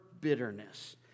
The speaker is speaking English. bitterness